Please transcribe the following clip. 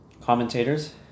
commentators